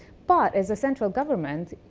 but as a central government,